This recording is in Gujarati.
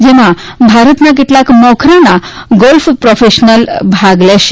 જેમાં ભારતના કેટલાંક મોખરાના ગોલ્ફ પ્રોફેશનલ ભાગ લેનારા છે